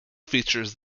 features